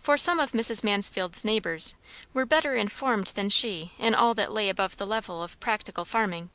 for some of mrs. mansfield's neighbours were better informed than she in all that lay above the level of practical farming